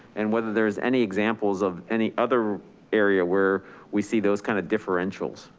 and whether there's any examples of any other area where we see those kind of differentials.